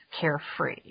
carefree